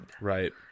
Right